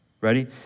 Ready